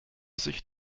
sich